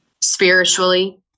spiritually